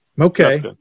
Okay